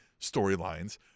storylines